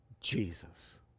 Jesus